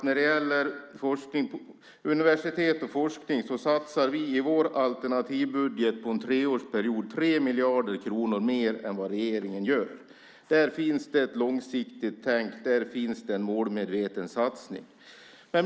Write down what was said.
När det gäller universitet och forskning satsar vi i vår alternativa budget 3 miljarder kronor mer under en treårsperiod än vad regeringen gör. Där finns ett långsiktigt tänk, och där finns en målmedveten satsning.